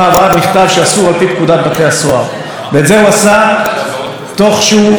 ואת זה הוא עשה תוך שהוא מכהן כחבר כנסת ומשתמש